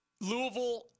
Louisville